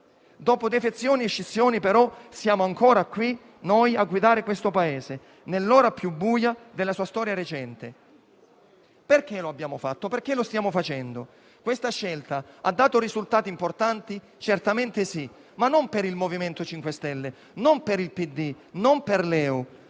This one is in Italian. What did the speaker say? Dopo defezioni e scissioni, però, siamo ancora qui, noi, a guidare questo Paese, nell'ora più buia della sua storia recente. Perché lo abbiamo fatto? Perché lo stiamo facendo? Questa scelta ha dato risultati importanti? Certamente sì, ma non per il MoVimento 5 Stelle, non per il PD, non per LeU,